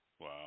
Wow